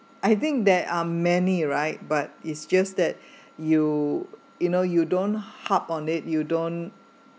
I think there are many right but is just that you you know you don't hop on it you don't